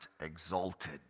exalted